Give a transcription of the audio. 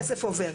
הכסף עובר.